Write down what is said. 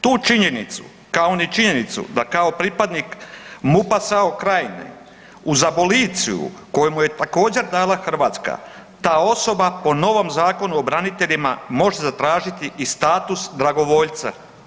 Tu činjenicu, kao ni činjenicu da kao pripadnik MUP-a SAO Krajine uz aboliciju koju mu je također dala Hrvatska, ta osoba po novom Zakonu o braniteljima može zatražiti i status dragovoljca.